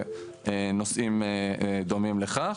ונושאים דומים לכך.